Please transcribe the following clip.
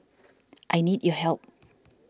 I need your help